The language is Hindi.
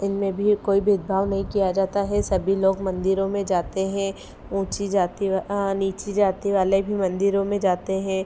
इनमें भी कोई भेदभाव नहीं किया जाता है सभी लोग मंदिरों में जाते हैं ऊँची जाति नीची जाति वाले भी मंदिरों में जाते हैं